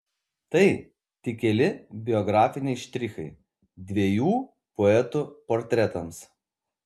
tai tik keli biografiniai štrichai dviejų poetų portretams